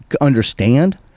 understand